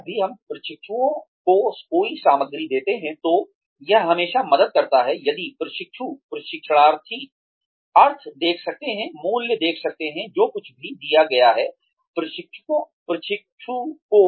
जब भी हम प्रशिक्षुओ को कोई सामग्री देते हैं तो यह हमेशा मदद करता है यदि प्रशिक्षु प्रशिक्षणार्थी अर्थ देख सकता है मूल्य देख सकता है जो कुछ भी दिया गया है प्रशिक्षु को